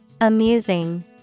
amusing